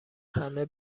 همه